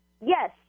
Yes